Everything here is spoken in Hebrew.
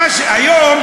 היום,